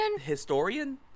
Historian